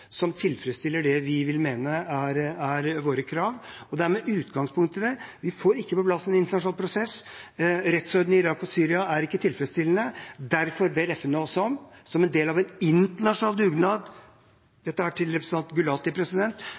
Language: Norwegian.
som tilfredsstiller det vi vil mene er våre krav. Det er med utgangspunkt i det. Vi får ikke på plass en internasjonal prosess. Rettsordenen i Irak og Syria er ikke tilfredsstillende. Derfor ber FN oss om som en del av en internasjonal dugnad – dette er til representanten Gulati